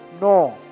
No